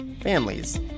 families